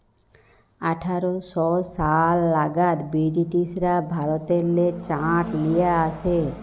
আঠার শ সাল লাগাদ বিরটিশরা ভারতেল্লে চাঁট লিয়ে আসে